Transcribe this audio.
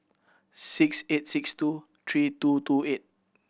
six eight six two three two two eight